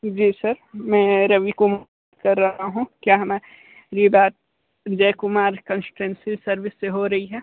जी sir मैं रवि कुमार बोल रहा हूँ क्या हमारी मेरी बात जय कुमार कंसल्टेंसी सर्विस से हो रही है